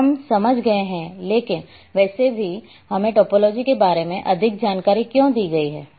तो हम समझ गए हैं लेकिन वैसे भी हमें टोपोलॉजी के बारे में अधिक जानकारी क्यों दी गई है